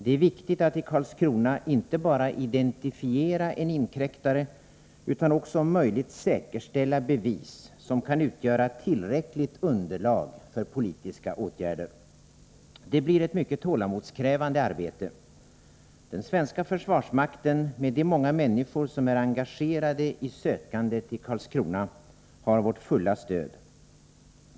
Det är viktigt att i Karlskrona inte bara identifiera en inkräktare utan också om möjligt säkerställa bevis som kan utgöra tillräckligt underlag för politiska åtgärder. Det blir ett mycket tålamodskrävande arbete. Den svenska försvarsmakten, med de många människor som är engagerade i sökandet i Karlskrona, har vårt fulla stöd.